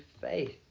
faith